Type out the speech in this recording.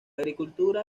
agricultura